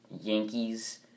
Yankees